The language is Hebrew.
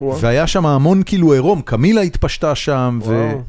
והיה שם המון כאילו עירום, קמילה התפשטה שם ו...